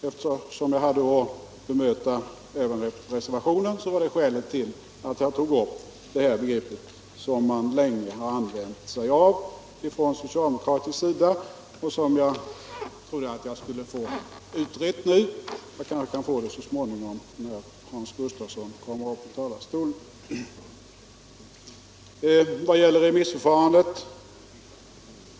Eftersom jag hade att bemöta reservationen fanns det skäl att även ta upp det här begreppet, som socialdemokraterna länge använt sig av och som jag trodde att jag nu skulle få utrett. Jag kanske kan få det utrett så småningom, när Hans Gustafsson kommer upp i talarstolen.